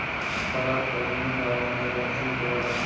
पराग प्रबंधन बागवानी वाला फसल के होला